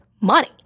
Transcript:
money